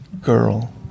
girl